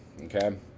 okay